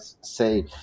say